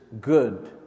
good